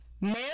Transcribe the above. Male